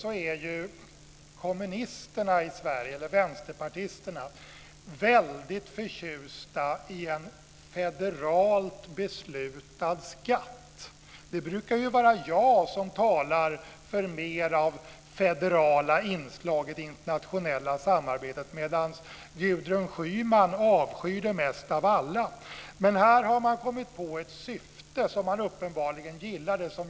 Plötsligt är kommunisterna i Sverige, eller vänsterpartisterna, väldigt förtjusta i en federalt beslutad skatt. Det brukar ju vara jag som talar för mera av federala inslag i det internationella samarbetet, medan Gudrun Schyman avskyr det mest av alla. Men här har man kommit på ett syfte som man uppenbarligen gillar.